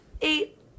eight